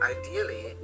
ideally